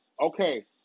Okay